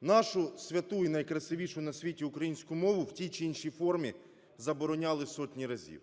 Нашу святу і найкрасивішу на світі українську мову в тій чи іншій формі забороняли сотні разів: